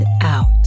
out